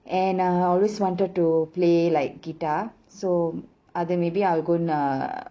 and uh I always wanted to play like guitar so அதான்:athaan maybe I'll go ah